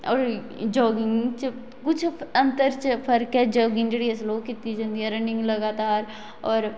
और जागिंग कुछ अंतर च फर्क ऐ जोगिंग जेहड़ी ऐ स्लो कीती जंदी ऐ रनिंग लगातार और